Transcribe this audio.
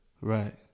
Right